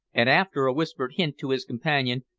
and after a whispered hint to his companion,